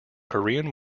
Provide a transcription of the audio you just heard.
korean